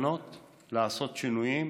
בתקנות לעשות שינויים,